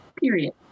period